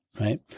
right